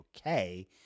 okay